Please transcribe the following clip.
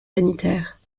sanitaires